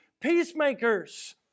peacemakers